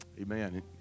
amen